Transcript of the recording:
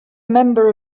member